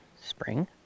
spring